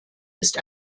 ist